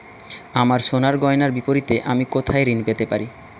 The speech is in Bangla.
আমার সোনার গয়নার বিপরীতে আমি কোথায় ঋণ পেতে পারি?